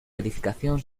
edificación